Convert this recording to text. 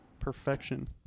perfection